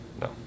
no